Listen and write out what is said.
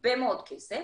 הרבה מאוד כסף